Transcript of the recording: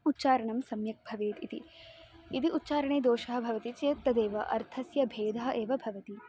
उच्चारणं सम्यक् भवेत् इति यदि उच्चारणे दोषः भवति चेत् तदेव अर्थस्य भेदः एव भवति